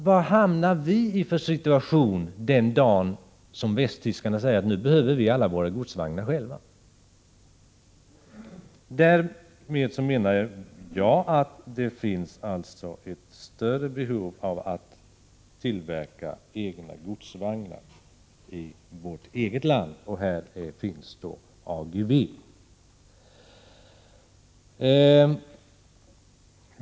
Vad hamnar vi i för situation den dag västtyskarna säger att de behöver alla sina godsvagnar själva? Med detta menar jag att det finns ett stort behov av att tillverka godsvagnar i vårt eget land, och här har vi AGEVE.